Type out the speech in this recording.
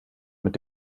mit